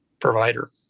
provider